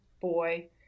boy